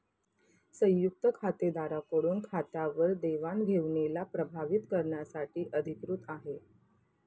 संयुक्त खातेदारा कडून खात्यावर देवाणघेवणीला प्रभावीत करण्यासाठी अधिकृत आहे